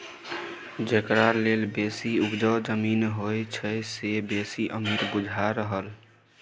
जकरा लग बेसी उपजाउ जमीन होइ छै से बेसी अमीर बुझा रहल